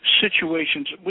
situations